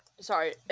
sorry